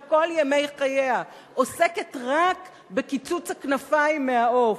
וכל ימיה עוסקת רק בקיצוץ הכנפיים מהעוף,